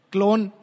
Clone